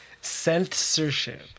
Censorship